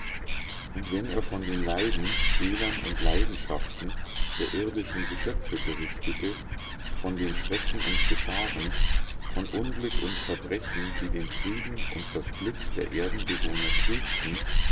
und wenn er von den leiden fehlern und leidenschaften der irdischen geschöpfe berichtete von den schrecken und gefahren von unglück und verbrechen die den frieden und das glück der erdenbewohner trübten